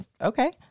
Okay